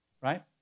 right